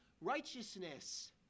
righteousness